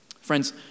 Friends